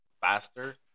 faster